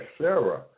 Sarah